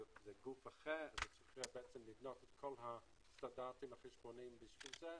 זה גוף אחר וצריך לבנות את כל הסטנדרטים החשבונאיים בשביל זה.